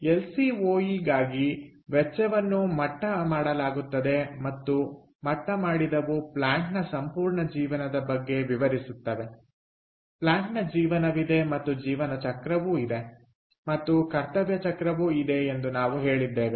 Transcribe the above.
L C O E ಗಾಗಿ ವೆಚ್ಚವನ್ನು ಮಟ್ಟ ಮಾಡಲಾಗುತ್ತದೆ ಮತ್ತು ಮಟ್ಟ ಮಾಡಿದವು ಪ್ಲಾಂಟ್ನ ಸಂಪೂರ್ಣ ಜೀವನದ ಬಗ್ಗೆ ವಿವರಿಸುತ್ತವೆ ಪ್ಲಾಂಟ್ನ ಜೀವನವಿದೆ ಮತ್ತು ಜೀವನ ಚಕ್ರವೂ ಇದೆ ಮತ್ತು ಕರ್ತವ್ಯ ಚಕ್ರವೂ ಇದೆ ಎಂದು ನಾವು ಹೇಳಿದ್ದೇವೆ